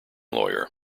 lawyer